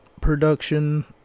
production